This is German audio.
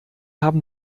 haben